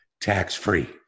tax-free